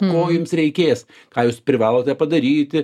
ko jums reikės ką jūs privalote padaryti